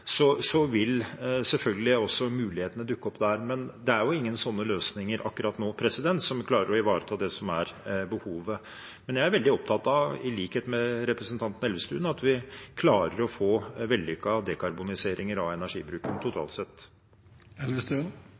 vil selvfølgelig mulighetene dukke opp der, men det er jo ingen sånne løsninger akkurat nå som klarer å ivareta det som er behovet. Men jeg er i likhet med representanten Elvestuen veldig opptatt av at vi klarer å få vellykkede dekarboniseringer av energibruken totalt